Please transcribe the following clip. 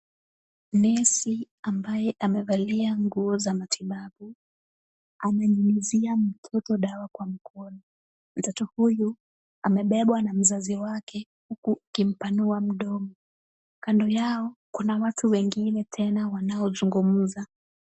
Nesi ambaye amevalia nguo za matibabu, ananyunyizia mtoto dawa kwa mkono. Mtoto huyu amebebwa na mzazi wake huku akimpanua mdomo. Kando yao kuna watu wengine tena wanaozungumza.